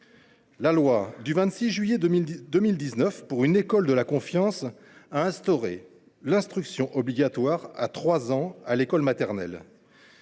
La loi du 26 juillet 2019 pour une école de la confiance a instauré l’instruction obligatoire dès l’âge de 3 ans à l’école maternelle.